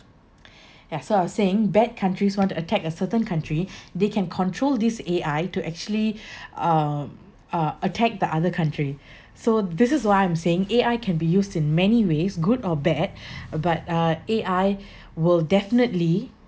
ya so I was saying bad countries want to attack a certain country they can control this A_I to actually um uh attack the other country so this is what I'm saying A_I can be used in many ways good or bad but uh A_I will definitely